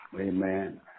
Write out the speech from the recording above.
Amen